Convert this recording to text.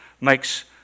makes